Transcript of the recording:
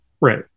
Right